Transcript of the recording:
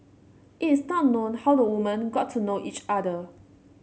it is not known how the woman got to know each other